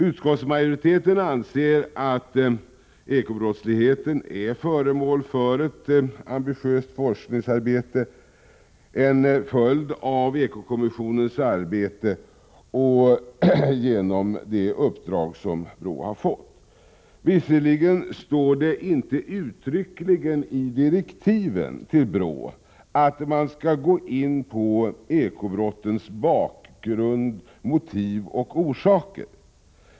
Utskottsmajoriteten anser att eko-brottsligheten är föremål för ett ambitiöst forskningsarbete — en följd av eko-kommissionens arbete och det uppdrag som BRÅ har fått av regeringen. Visserligen står det inte uttryckligen i direktiven till BRÅ att man skall gå in på eko-brottens bakgrund, motiv och orsaker.